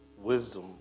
wisdom